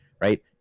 Right